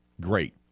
Great